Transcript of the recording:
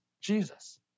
Jesus